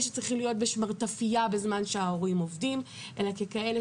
שצריכים להיות בשמרטפייה בזמן שההורים עובדים אלא ככאלה